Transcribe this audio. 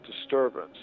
disturbance